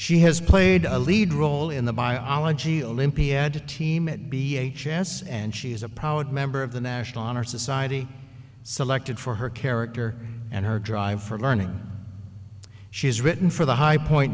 she has played a lead role in the biology olympiada team at b h s and she is a poet member of the national honor society selected for her character and her drive for learning she has written for the high point